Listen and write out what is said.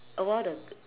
a while the